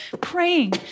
praying